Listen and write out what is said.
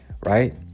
right